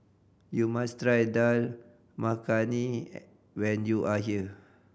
you must try Dal Makhani when you are here